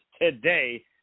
today